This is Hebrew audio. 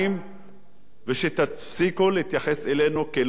תפסיקו להתייחס אלינו כאל לא קיימים במדינה הזאת.